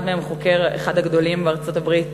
אחד מהם אחד החוקרים הגדולים בארצות-הברית